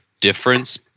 difference